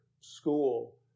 school